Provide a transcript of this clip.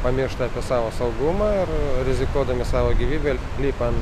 pamiršta apie savo saugumą ir rizikuodami savo gyvybe lipa ant